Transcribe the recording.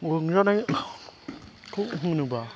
रंजानायखौ होनोब्ला